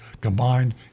combined